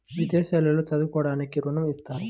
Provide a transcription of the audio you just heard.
విదేశాల్లో చదువుకోవడానికి ఋణం ఇస్తారా?